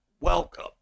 welcome